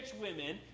women